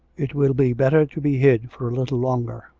it will be better to be hid for a little longer.